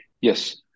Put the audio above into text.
yes